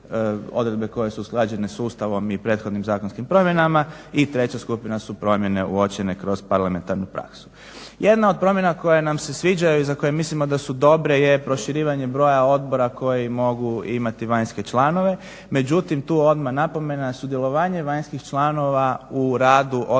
odredbe koje su usklađene s Ustavom i prethodnim zakonskim promjenama i treća skupina su promjene uočene kroz parlamentarnu praksu. Jedna od promjena koja nam se sviđa i za koje mislimo da su dobre je proširivanje broja odbora koji mogu imati vanjske članove, međutim tu odmah napomena, sudjelovanje vanjskih članova u radu odbora